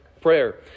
prayer